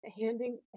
handing